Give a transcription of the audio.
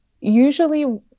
usually